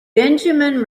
benjamin